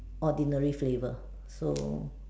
ordinary flavour so